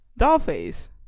Dollface